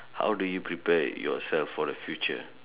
how do you prepare yourself for the future